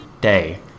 day